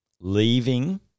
Leaving